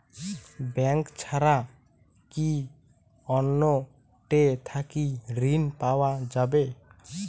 Bank ছাড়া কি অন্য টে থাকি ঋণ পাওয়া যাবে?